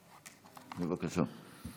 בבקשה.